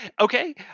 Okay